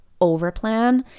overplan